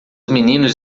meninos